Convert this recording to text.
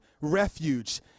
refuge